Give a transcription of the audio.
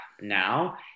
now